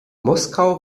moskau